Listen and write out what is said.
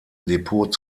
depot